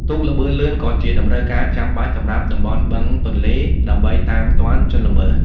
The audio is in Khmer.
ទូកល្បឿនលឿនក៏ជាតម្រូវការចាំបាច់សម្រាប់តំបន់បឹងទន្លេ ដើម្បីតាមទាន់ជនល្មើស។